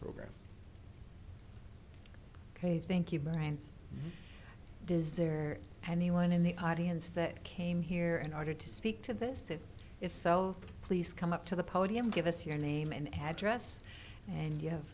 program ok thank you very does there anyone in the audience that came here in order to speak to this if so please come up to the podium give us your name and address and you have